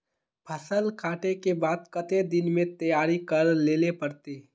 फसल कांटे के बाद कते दिन में तैयारी कर लेले पड़ते?